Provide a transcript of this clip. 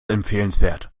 empfehlenswert